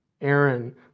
Aaron